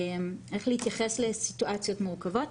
איך להתייחס לסיטואציות מורכבות.